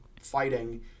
fighting